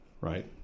Right